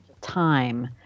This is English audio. time